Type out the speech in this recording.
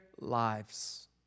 lives